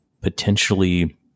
potentially